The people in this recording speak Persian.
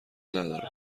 نداره